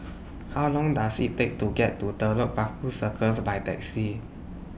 How Long Does IT Take to get to Telok Paku Circus By Taxi